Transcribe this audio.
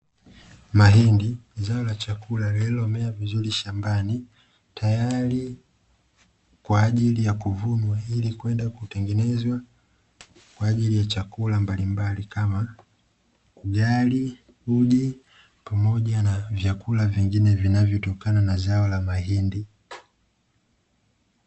Mahindi zao la chakula lililomea vizuri shambani, tayari kwa ajili ya kuvunwa ili kwenda kutengenezwa kwa ajili ya chakula mbalimbali kama ugali, uji pamoja na vyakula vingine vinavyotokana na zao la mahindi.